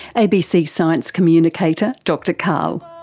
abc science communicator dr karl.